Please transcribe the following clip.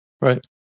Right